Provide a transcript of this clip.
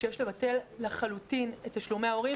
יש לבטל לחלוטין את תשלומי ההורים,